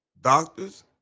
doctors